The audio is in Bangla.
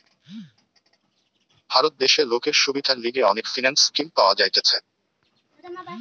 ভারত দেশে লোকের সুবিধার লিগে অনেক ফিন্যান্স স্কিম পাওয়া যাইতেছে